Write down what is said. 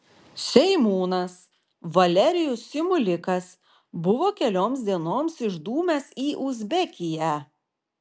seimūnas valerijus simulikas buvo kelioms dienoms išdūmęs į uzbekiją